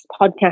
podcast